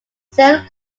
searle